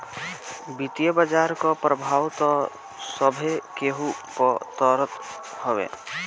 वित्तीय बाजार कअ प्रभाव तअ सभे केहू पअ पड़त हवे